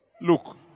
Look